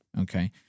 Okay